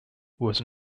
was